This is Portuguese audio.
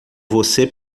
você